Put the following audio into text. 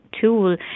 tool